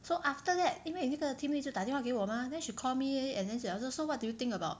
so after that 因为那个 teammate 就打电话给我 mah then she call me and then she also so what do you think about